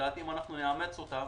שלדעתי אם נאמץ אותן